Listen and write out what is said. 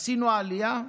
עשינו עלייה,